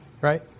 right